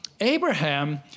Abraham